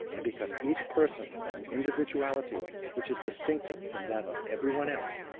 and because each person has an individuality which is distinctive from that of everyone else,